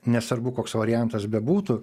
nesvarbu koks variantas bebūtų